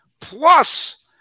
plus